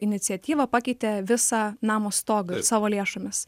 iniciatyva pakeitė visą namo stogą savo lėšomis